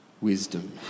wisdom